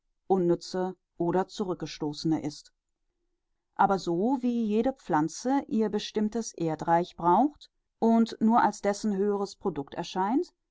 unnütze oder zurückgestoßene ist aber so wie jede pflanze ihr bestimmtes erdreich braucht und nur als dessen höheres product erscheint